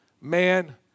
Man